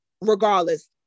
regardless